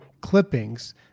clippings